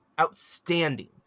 outstanding